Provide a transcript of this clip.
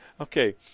Okay